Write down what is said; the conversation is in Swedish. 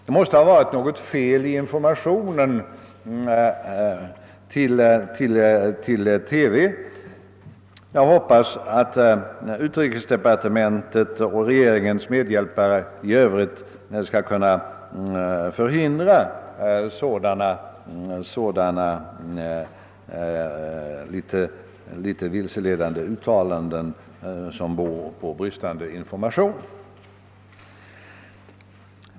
Det måste ha varit något fel på informationen till Sveriges Radio TV. Jag hoppas att utrikesdepartementet och regeringens medhjälpare i övrigt skall kunna förhindra att sådana vilseledande uttalanden, som beror på bristande information, får spridning.